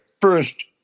first